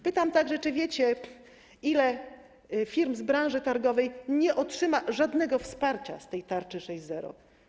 Pytam także, czy wiecie, ile firm z branży targowej nie otrzyma żadnego wsparcia z tarczy 6.0.